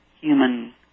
human